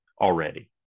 already